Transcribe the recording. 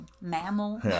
mammal